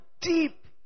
deep